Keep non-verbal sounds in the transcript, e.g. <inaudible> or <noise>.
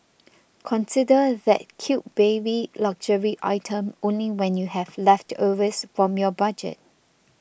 <noise> consider that cute baby luxury item only when you have leftovers from your budget